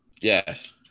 Yes